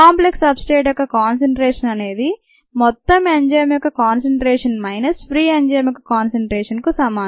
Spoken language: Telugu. కాంప్లెక్స్ సబ్స్ట్రేట్ యొక్క కాన్సన్ట్రేషన్ అనేది మొత్తం ఎంజైమ్ యొక్క కాన్సన్ట్రేషన్ మైనస్ ఫ్రీ ఎంజైమ్ యొక్క కాన్సన్ట్రేషన్ కు సమానం